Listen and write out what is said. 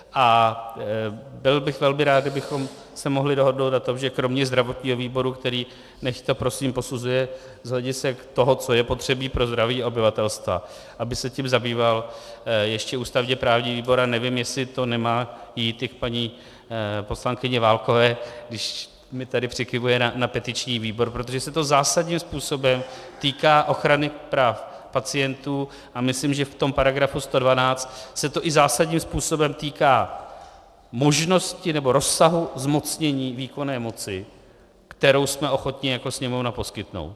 A byl bych velmi rád, kdybychom se mohli dohodnout na tom, že kromě zdravotního výboru, který nechť to prosím posuzuje z hledisek toho, co je potřeba pro zdraví obyvatelstva, aby se tím zabýval ještě ústavněprávní výbor, a nevím, jestli to nemá jít i k paní poslankyni Válkové, když mi tady přikyvuje, na petiční výbor, protože se to zásadním způsobem týká ochrany práv pacientů, a myslím, že v § 112 se to i zásadním způsobem týká možnosti nebo rozsahu zmocnění výkonné moci, kterou jsme ochotni jako Sněmovna poskytnout.